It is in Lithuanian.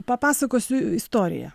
papasakosiu istoriją